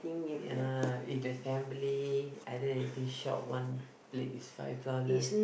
ya in the assembly other than eating shop one plate is five dollars